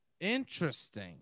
Interesting